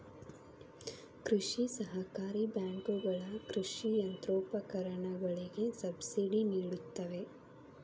ಕೃಷಿ ಸಹಕಾರಿ ಬ್ಯಾಂಕುಗಳ ಕೃಷಿ ಯಂತ್ರೋಪಕರಣಗಳಿಗೆ ಸಬ್ಸಿಡಿ ನಿಡುತ್ತವೆ